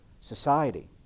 society